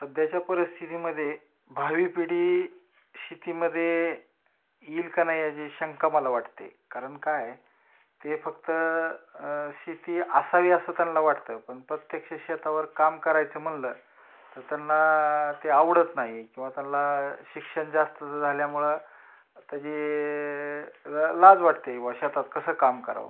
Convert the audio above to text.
सध्याच्या परस्थितीमध्ये भावी पिढी शेतीमध्ये येईल का नाही याची शंका मला वाटते कारण काय ते फक्त शेती असावी असं त्यांना वाटतं पण प्रत्यक्ष शेतावर काम करायचं म्हटलं तर त्यांना ते आवडत नाही किंवा त्यांना शिक्षण जास्तचं झाल्यामुळं त्याची लाज वाटते बुवा शेतात कसं काम करावं